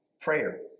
prayer